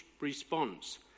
response